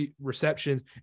receptions